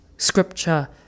scripture